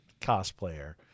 Cosplayer